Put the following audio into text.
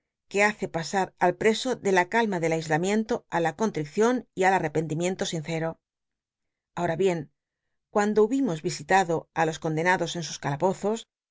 que bacc pasar al preso de la calma tlcl ais amiento í la contricion y al attc pcntimiento sin ci'o c ahora bien cuando hubimos yisitado á ici i con dcnados en sus calabozos